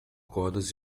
cordas